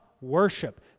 worship